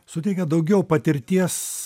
suteikia daugiau patirties